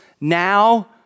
Now